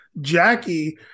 Jackie